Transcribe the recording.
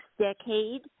decade